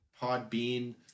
Podbean